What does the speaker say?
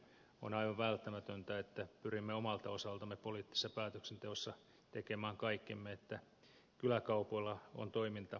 on aivan välttämätöntä että pyrimme omalta osaltamme poliittisessa päätöksenteossa tekemään kaikkemme että kyläkaupoilla on toimintaedellytykset